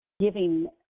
giving